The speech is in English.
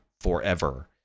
forever